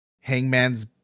hangman's